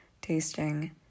tasting